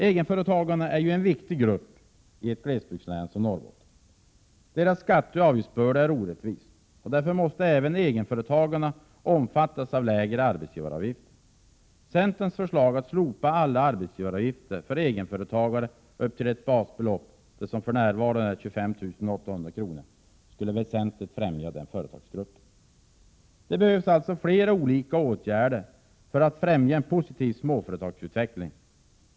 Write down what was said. Egenföretagarna är en viktig grupp i ett glesbygdslän som Norrbotten. Deras skatteoch avgiftsbörda är orättvis. Därför måste även egenföretagarna omfattas av lägre arbetsgivaravgifter. Centerns förslag att slopa alla arbetsgivaravgifter för en egenföretagare upp till ett basbelopp, som för närvarande är 25 800 kr., skulle väsentligt främja den företagsgruppen. Det behövs flera olika åtgärder för att främja en positiv småföretagsutveckling.